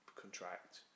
contract